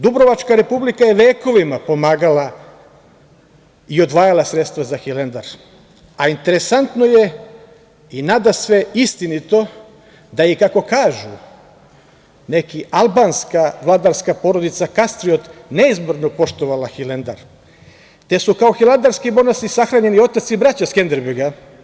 Dubrovačka republika je vekovima pomagala i odvajala sredstva za Hilandar, a interesantno je i nadasve istinito da je, kako kažu, neka albanska vladarska porodica Kastriot poštovala Hilandar, te su kao hilandarski monasi sahranjeni otac i braća Skenderbeg.